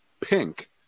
pink